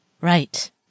Right